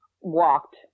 walked